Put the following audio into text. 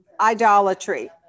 idolatry